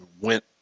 went